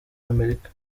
amerika